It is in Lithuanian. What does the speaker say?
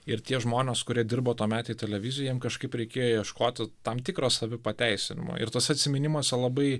ir tie žmonės kurie dirbo tuometėj televizijoj jiem kažkaip reikėjo ieškoti tam tikro savi pateisinimo ir tuose atsiminimuose labai